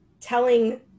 telling